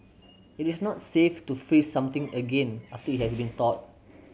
it is not safe to freeze something again after it has been thawed